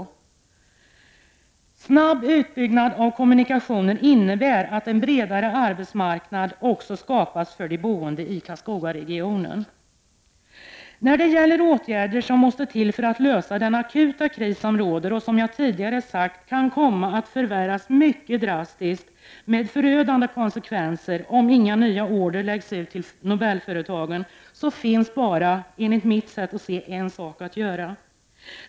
En snabb utbyggnad av kommunikationer innebär att en bredare arbetsmarknad också skapas för de boende i Karlskogaregionen. För att lösa den akuta kris som råder och, som jag tidigare sagt, kan komma att förvärras mycket drastiskt med förödande konsekvenser om inga order läggs ut till Nobelföretagen, finns det som jag ser det bara en sak att göra.